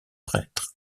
prêtre